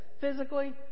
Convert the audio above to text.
physically